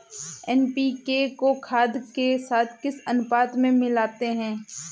NPK को खाद के साथ किस अनुपात में मिलाते हैं?